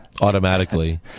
automatically